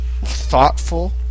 thoughtful